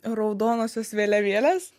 raudonosios vėliavėlės